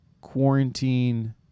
quarantine